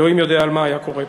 אלוהים יודע מה היה קורה פה.